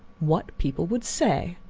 what people would say.